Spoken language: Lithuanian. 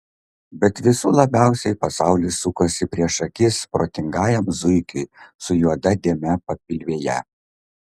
bet visų labiausiai pasaulis sukosi prieš akis protingajam zuikiui su juoda dėme papilvėje